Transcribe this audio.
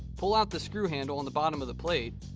pull out the screw handle on the bottom of the plate,